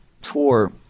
tour